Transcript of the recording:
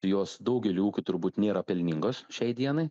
jos daugely ūkių turbūt nėra pelningos šiai dienai